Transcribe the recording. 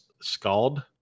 Scald